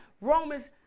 Romans